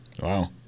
Wow